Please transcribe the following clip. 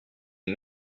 une